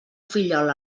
fillol